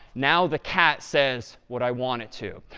now the cat says what i want it to.